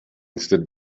usted